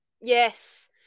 Yes